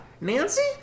Nancy